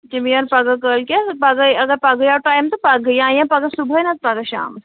تِم یِن پَگاہ کٲلۍکٮ۪تھ پَگہٕے اَگر پَگہٕے آو ٹایم تہٕ پَگہٕےیعنی پَگاہ صبُحٲے نہ تہٕ پَگاہ شامَس